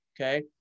Okay